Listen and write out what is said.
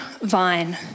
vine